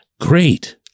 Great